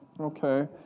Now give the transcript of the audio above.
Okay